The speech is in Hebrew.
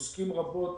עוסקים רבות